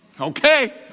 Okay